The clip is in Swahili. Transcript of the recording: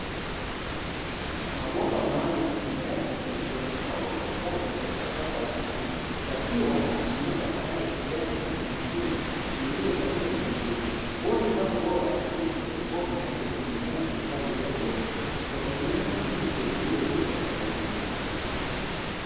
Mabomba maalumu yenye rangi nyeupe yamepangwa kwa ustadi katika shamba la nje . Yakiwa na mimea ya rangi ya kijani na mingine iliyoshamiri vizuri. Huu ni mfano bora wa kilimo cha haidroponi unachowezesha mimea kustawi bila udongo kwa kutumia virutubisho vilivyoyeyushwa kwenye maji.